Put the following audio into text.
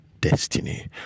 destiny